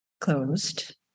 closed